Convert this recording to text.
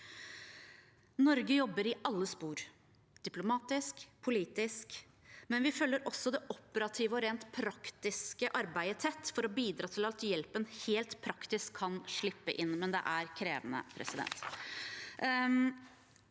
Norge jobber i alle spor, diplomatisk, politisk, men vi følger også det operative og rent praktiske arbeidet tett for å bidra til at hjelpen – helt praktisk – kan slippe inn. Det er krevende. Norge